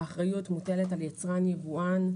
האחריות מוטלת על יצרן יבואן,